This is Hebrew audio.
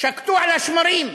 שקטו על השמרים,